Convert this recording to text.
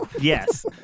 Yes